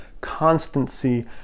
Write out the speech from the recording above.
constancy